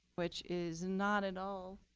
which is not at all